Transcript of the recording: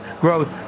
growth